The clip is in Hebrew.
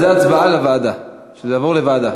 רגע, על זה ההצבעה, לוועדה, שזה יעבור לוועדה.